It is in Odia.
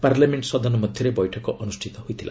ପାର୍ଲମେଣ୍ଟ ସଦନ ମଧ୍ୟରେ ବୈଠକ ଅନୁଷ୍ଠିତ ହୋଇଥିଲା